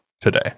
today